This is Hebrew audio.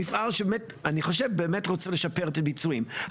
מפעל שבאמת אני חושבת באמת רוצה לשפר את הביצועים,